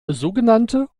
sogenannte